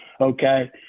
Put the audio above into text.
Okay